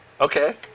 Okay